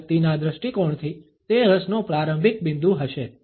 આ વ્યક્તિના દ્રષ્ટિકોણથી તે રસનો પ્રારંભિક બિંદુ હશે